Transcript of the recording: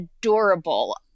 adorable